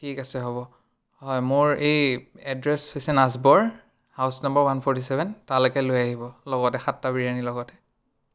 ঠিক আছে হ'ব হয় মোৰ এই এড্ৰেছ হৈছে নাজবৰ house number one forty seven তালৈকে লৈ আহিব লগতে সাতটা বিৰিয়ানীৰ লগতে